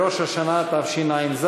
בראש השנה תשע"ז,